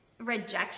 rejection